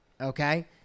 okay